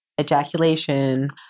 ejaculation